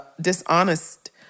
dishonest